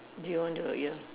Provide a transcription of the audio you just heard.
do you want to your